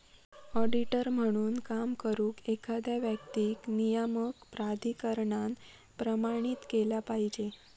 auditor म्हणून काम करुक, एखाद्या व्यक्तीक नियामक प्राधिकरणान प्रमाणित केला पाहिजे